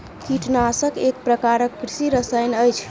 कीटनाशक एक प्रकारक कृषि रसायन अछि